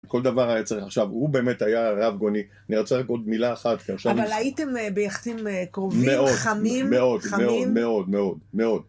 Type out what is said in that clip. כל דבר היה צריך עכשיו, הוא באמת היה רב גוני, אני רוצה רק עוד מילה אחת, כי עכשיו יש... אבל הייתם ביחסים קרובים, חמים? מאוד, מאוד, מאוד, מאוד, מאוד.